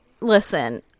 listen